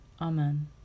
Amen